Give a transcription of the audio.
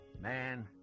Man